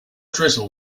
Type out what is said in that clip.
drizzle